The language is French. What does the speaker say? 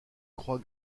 croix